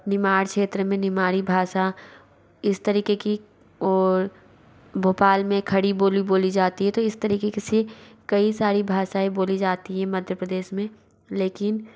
निमाड़ क्षेत्र में निमाड़ी भाषा इस तरीक़े की और भोपाल में खड़ी बोली बोली जाती है तो इस तरिक़े के से कई सारी भाषाएं बोली जाती हैं मध्य प्रदेश में लेकिन